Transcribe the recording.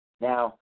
Now